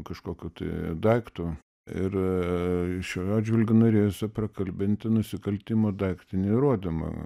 kažkokiu tai daiktu ir šiuo atžvilgiu norėjosi prakalbinti nusikaltimo daiktinį įrodymą